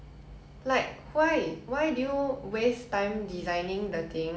thinking of the marketing or advertising campaign for that thing and then